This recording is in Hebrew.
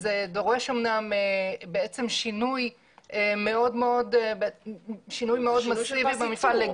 זה דורש אומנם שינוי מאוד מאסיבי --- זה שינוי של פס ייצור.